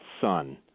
son